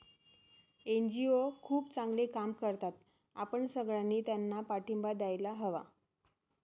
NGO खूप चांगले काम करतात, आपण सगळ्यांनी त्यांना पाठिंबा द्यायला हवा